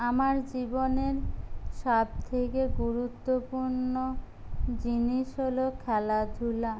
আমার জীবনের সবথেকে গুরুত্বপূর্ণ জিনিস হল খেলাধূলা